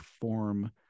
form